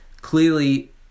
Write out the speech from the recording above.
Clearly